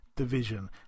Division